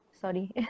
sorry